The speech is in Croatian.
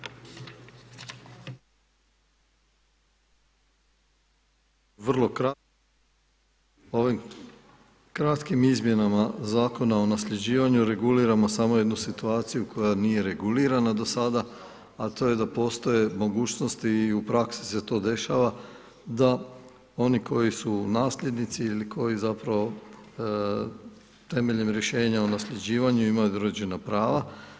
Vrlo kratko o ovim kratkim izmjenama Zakona o nasljeđivanju reguliramo samo jednu situaciju koja nije regulirana do sada a to je da postoje mogućnosti i u praksi se to dešava da oni koji su nasljednici ili koji zapravo temeljem rješenja o nasljeđivanju imaju određena prava.